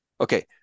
Okay